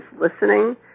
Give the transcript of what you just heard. listening